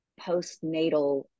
postnatal